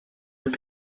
also